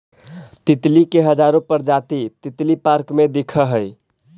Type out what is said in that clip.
तितली के हजारो प्रजाति तितली पार्क में दिखऽ हइ